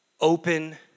open